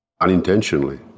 unintentionally